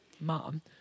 mom